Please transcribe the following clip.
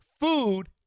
Food